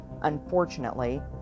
unfortunately